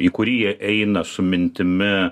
į kurį jie eina su mintimi